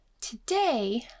today